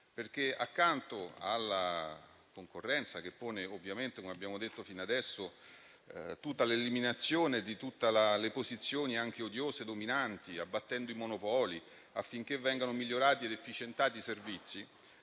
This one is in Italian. perché accanto alla concorrenza, che presuppone ovviamente, come abbiamo detto fino adesso, l'eliminazione di tutte le posizioni, anche odiose, dominanti, abbattendo i monopoli, affinché vengano migliorati ed efficientati i servizi,